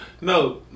no